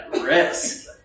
risk